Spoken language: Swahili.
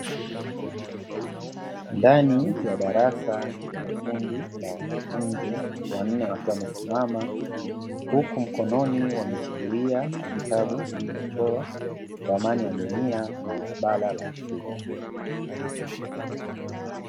Ndani ya darasa, kuna kundi la wanafunzi wanne wakiwa wamesimama, huku mkononi wameshikilia kitabu kilichochorwa ramani ya dunia na bara la Afrika.